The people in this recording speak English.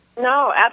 No